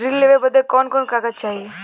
ऋण लेवे बदे कवन कवन कागज चाही?